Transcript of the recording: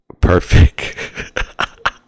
perfect